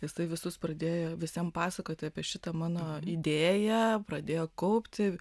jisai visus pradėjo visiem pasakoti apie šitą mano idėją pradėjo kaupti